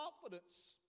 confidence